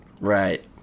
Right